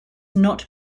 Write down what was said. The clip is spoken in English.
not